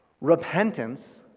Repentance